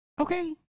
Okay